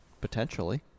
potentially